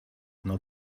not